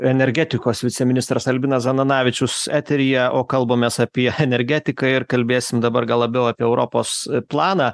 energetikos viceministras albinas zananavičius eteryje o kalbamės apie energetiką ir kalbėsim dabar gal labiau apie europos planą